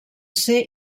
ser